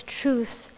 truth